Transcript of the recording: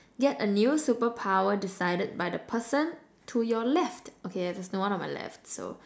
get a new superpower decided by the person to your left okay there's no one on my left so